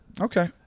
Okay